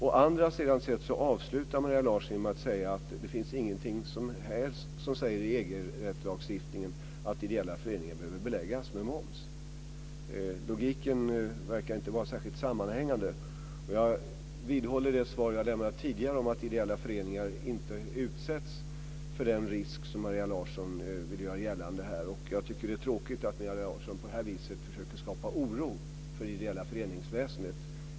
Å andra sidan avslutar Maria Larsson med att säga att det inte finns någonting i EG rättslagstiftningen som säger att ideella föreningar behöver beläggas med moms. Logiken verkar inte vara särskilt sammanhängande. Och jag vidhåller det svar som jag lämnade tidigare om att ideella föreningar inte utsätts för den risk som Maria Larsson vill göra gällande här. Och jag tycker att det är tråkigt att Maria Larsson på detta sätt försöker skapa oro för det ideella föreningsväsendet.